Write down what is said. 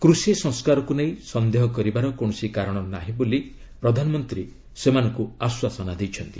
କୃଷି ସଂସ୍କାରକୁ ନେଇ ସନ୍ଦେହ କରିବାର କୌଣସି କାରଣ ନାହିଁ ବୋଲି ପ୍ରଧାନମନ୍ତ୍ରୀ ସେମାନଙ୍କୁ ଆଶ୍ୱାସନା ଦେଇଛନ୍ତି